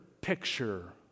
picture